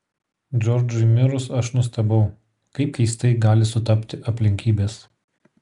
džordžui mirus aš nustebau kaip keistai gali sutapti aplinkybės